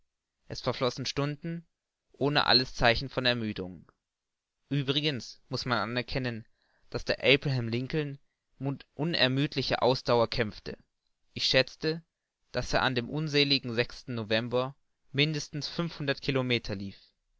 es verflossen stunden ohne alles zeichen von ermüdung uebrigens muß man anerkennen daß der abraham lincoln mit unermüdlicher ausdauer kämpfte ich schätze daß er an dem unseligen november mindestens fünfhundert kilometer lief